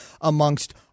amongst